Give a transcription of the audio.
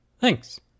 Thanks